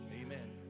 Amen